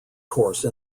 course